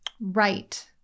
right